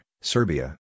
Serbia